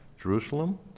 Jerusalem